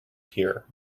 here